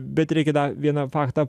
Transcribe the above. bet reikia dar vieną faktą